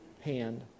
hand